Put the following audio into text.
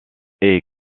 est